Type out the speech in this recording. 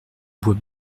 bois